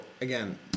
again